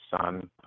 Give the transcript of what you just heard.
son